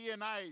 DNA